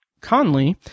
Conley